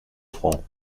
front